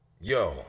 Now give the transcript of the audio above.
Yo